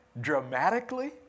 dramatically